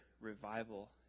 revival